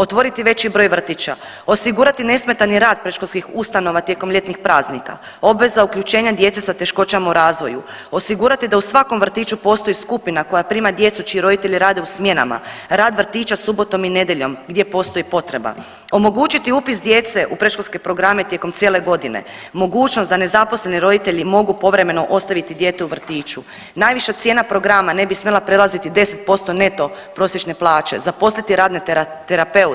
Otvoriti veći broj vrtića, osigurati nesmetani rad predškolskih ustanova tijekom ljetnih praznika, obveza uključenja djece sa teškoćama u razvoju, osigurati da u svakom vrtiću postoji skupina koja prima djecu čiji roditelji rade u smjenama, rad vrtića subotom i nedjeljom gdje postoji potreba, omogućiti upis djece u predškolske programe tijekom cijele godine, mogućnost da nezaposleni roditelji mogu povremeno ostaviti dijete u vrtiću, najviša cijena programa ne bi smjela prelaziti 10% neto prosječne plaće, zaposliti radne terapeute,